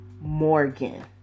Morgan